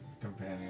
companion